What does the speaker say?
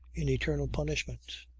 in eternal punishment?